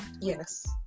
Yes